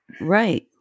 Right